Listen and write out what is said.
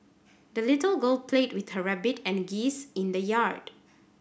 the little girl played with her rabbit and geese in the yard